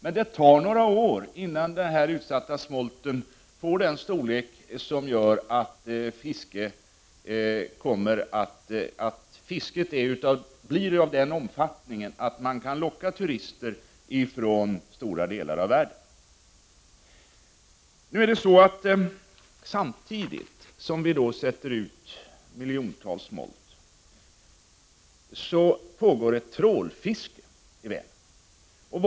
Men det tar några år innan den utsatta smolten får sådan storlek att fisket kan bli av den omfattningen att man kan locka turister från stora delar av världen. Samtidigt som vi sätter ut miljontals smolt pågår ett trålfiske i Vänern.